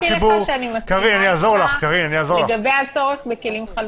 חגי --- אמרתי לך שאני מסכימה לגבי הצורך בכלים חלופיים.